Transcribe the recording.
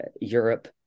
Europe